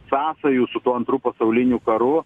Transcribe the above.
sąsajų su tuo antru pasauliniu karu